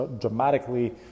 dramatically